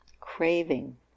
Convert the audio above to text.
craving